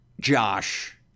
Josh